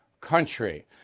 country